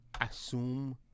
assume